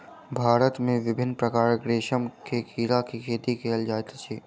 भारत मे विभिन्न प्रकारक रेशम के कीड़ा के खेती कयल जाइत अछि